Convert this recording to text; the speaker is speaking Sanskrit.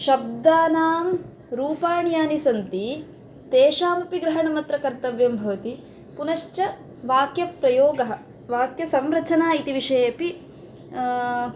शब्दानां रूपाणि यानि सन्ति तेषामपि ग्रहणम् अत्र कर्तव्यं भवति पुनश्च वाक्यप्रयोगः वाक्यसंरचना इति विषयेपि